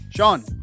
Sean